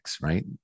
right